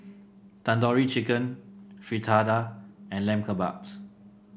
Tandoori Chicken Fritada and Lamb Kebabs